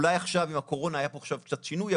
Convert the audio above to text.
אולי עכשיו עם הקורונה היה קצת שינוי,